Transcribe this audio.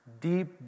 Deep